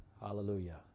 Hallelujah